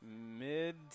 mid